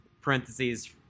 Parentheses